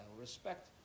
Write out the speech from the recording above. respect